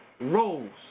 roles